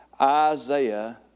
Isaiah